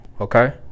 okay